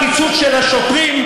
הקיצוץ של השוטרים,